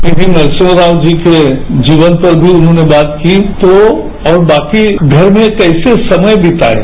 PV Narasimha Rao ji के जीवन पर भी उन्होंने बात की तो बाकी घर में कैसे समय बितायें